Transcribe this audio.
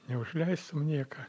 neužleistum nieką